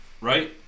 Right